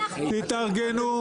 תתארגנו.